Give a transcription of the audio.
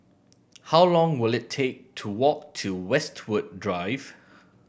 how long will it take to walk to Westwood Drive